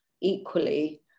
equally